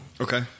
Okay